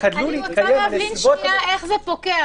אני רוצה להבין איך זה פוקע.